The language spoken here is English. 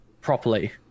properly